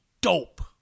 dope